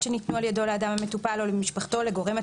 של חבר הכנסת שמחה רוטמן,